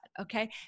okay